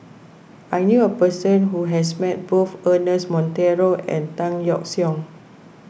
I knew a person who has met both Ernest Monteiro and Tan Yeok Seong